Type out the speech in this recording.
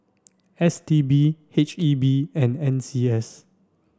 S T B H E B and N C S